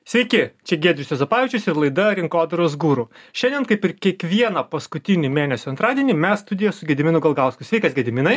sveiki čia giedrius juozapavičius ir laida rinkodaros guru šiandien kaip ir kiekvieną paskutinį mėnesio antradienį mes studijoj su gediminui galkausku sveikas gediminai